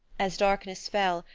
as darkness fell,